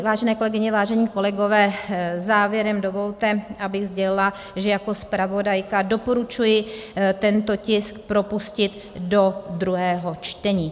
Vážené kolegyně, vážení kolegové, závěrem dovolte, abych sdělila, že jako zpravodajka doporučuji tento tisk propustit do druhého čtení.